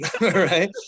right